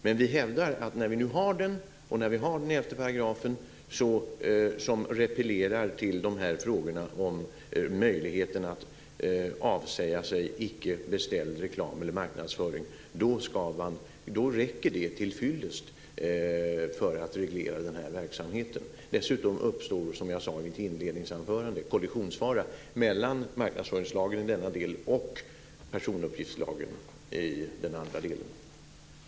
Men vi hävdar att när vi nu har denna lag och § 11, som repellerar till frågan om möjligheten att avsäga sig icke beställd reklam eller marknadsföring, är detta tillfyllest för att reglera denna verksamhet. Dessutom uppstår, som jag sade i mitt inledningsanförande, kollissionsfara mellan marknadsföringslagen i denna del och personuppgiftslagen i den andra.